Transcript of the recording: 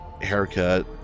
haircut